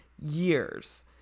years